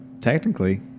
Technically